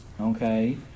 okay